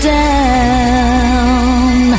down